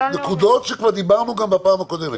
נקודות שדיברנו כבר בפעם הקודמת.